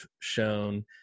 shown